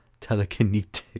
Telekinetic